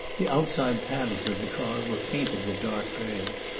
the outside panels of the car were painted a dark grey.